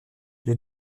j’ai